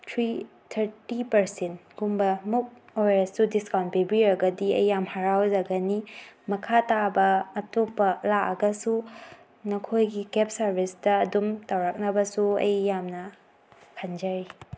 three thirty ꯄꯥꯔꯁꯦꯟꯠꯒꯨꯝꯕꯃꯨꯛ ꯑꯣꯏꯔꯁꯨ discount ꯄꯤꯕꯤꯔꯒꯗꯤ ꯑꯩ ꯌꯥꯝ ꯍꯔꯥꯎꯖꯒꯅꯤ ꯃꯈꯥ ꯇꯥꯕ ꯑꯇꯣꯞꯄ ꯂꯥꯛꯂꯒꯁꯨ ꯅꯈꯣꯏꯒꯤ ꯀꯦꯕ ꯁꯔꯚꯤꯁꯇ ꯑꯗꯨꯝ ꯇꯧꯔꯛꯅꯕꯁꯨ ꯑꯩ ꯌꯥꯝꯅ ꯈꯟꯖꯔꯤ